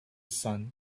sun